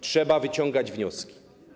Trzeba wyciągać wnioski.